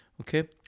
Okay